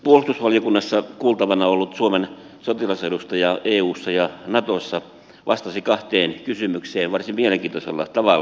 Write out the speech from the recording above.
puolustusvaliokunnassa kuultavana ollut suomen sotilasedustaja eussa ja natossa vastasi kahteen kysymykseen varsin mielenkiintoisella tavalla